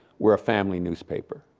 we're a family newspaper.